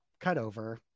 cutover